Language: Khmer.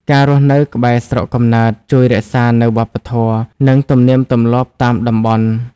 ការរស់នៅក្បែរស្រុកកំណើតជួយរក្សានូវវប្បធម៌ និងទំនៀមទម្លាប់តាមតំបន់។